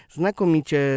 znakomicie